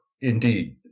indeed